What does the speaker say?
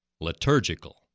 liturgical